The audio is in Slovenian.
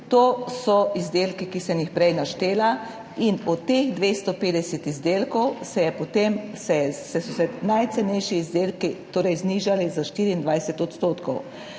To so izdelki, ki sem jih prej naštela, in od teh 250 izdelkov so se najcenejši izdelki znižali za 24 %.